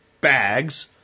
bags